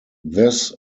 this